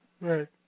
Right